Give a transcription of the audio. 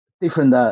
different